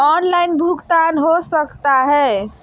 Online भुगतान हो सकता है?